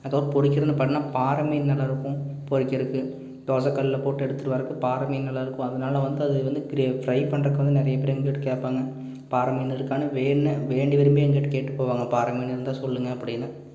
அதுக்கப்புறம் பொரிக்கிறதுன்னு பார்த்தனா பாறைமீன் நல்லா இருக்கும் பொரிக்கிறக்கு தோசைகல்ல போட்டு எடுத்துட்டு வரப்போ பாறைமீன் நல்லா இருக்கும் அனால வந்து அது வந்து ஃப்ரை பண்றதுக்கு வந்து நிறைய பேர் எங்ககிட்ட கேட்பாங்க பாறைமீன் இருக்கான்னு வேண்டி விரும்பி எங்ககிட்ட கேட்டு போவாங்கள் பாறைமீன் இருந்தால் சொல்லுங்கள் அப்படின்னு